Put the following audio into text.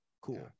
cool